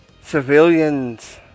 Civilians